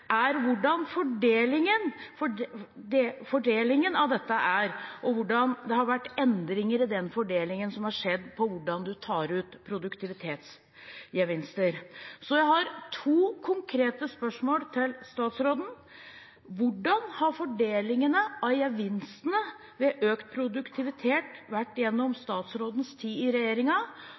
fordelingen av dette er, og hvordan det har vært endringer i den fordelingen som har skjedd når det gjelder hvordan du tar ut produktivitetsgevinster. Så jeg har to konkrete spørsmål til statsråden: Hvordan har fordelingene av gevinstene ved økt produktivitet vært gjennom statsrådens tid i